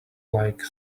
like